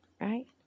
Right